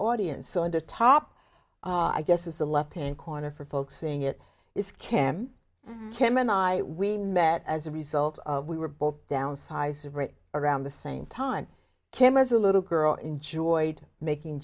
audience and the top i guess is the left hand corner for folks seeing it is kim kim and i we met as a result of we were both downsized right around the same time kim as a little girl enjoyed making